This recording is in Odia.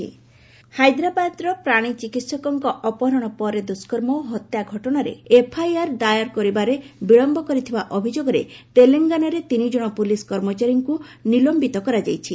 ତେଲଙ୍ଗାନା ସସ୍ପେଣ୍ଡେଡ୍ ହାଇଦ୍ରାବାଦ୍ର ପ୍ରାଣୀ ଚିକିିିକଙ୍କ ଅପହରଣ ପରେ ଦୁଷ୍କର୍ମ ଓ ହତ୍ୟା ଘଟଣାରେ ଏଫଆଇଆର ଦାୟର କରିବାରେ ବିଳମ୍ଭ କରିଥିବା ଅଭିଯୋଗରେ ତେଲଙ୍ଗାନାରେ ତିନିଜଣ ପୋଲିସ କର୍ମଚାରୀଙ୍କୁ ନିଲୟିତ କରାଯାଇଛି